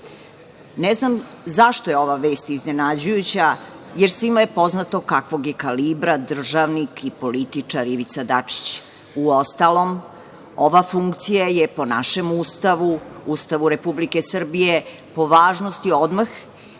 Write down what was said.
znam zašto je ova vest iznenađujuća, jer svima je poznato kakvog je kalibra državnik i političar Ivica Dačić. Uostalom ova funkcija je po našem Ustavu, Ustavu Republike Srbije, po važnosti odmah